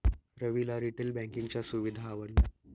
रविला रिटेल बँकिंगच्या सुविधा आवडल्या